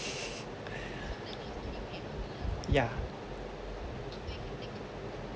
yeah